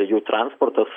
jų transportas